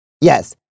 yes